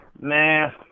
Man